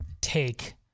take